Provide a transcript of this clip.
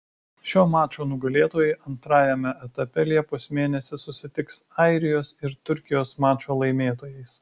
šio mačo nugalėtojai antrajame etape liepos mėnesį susitiks airijos ir turkijos mačo laimėtojais